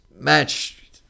match